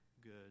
good